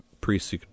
priests